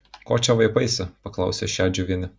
ko čia vaipaisi paklausė šedžiuvienė